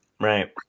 Right